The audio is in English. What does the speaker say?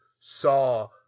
saw